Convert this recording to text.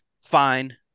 fine